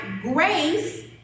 grace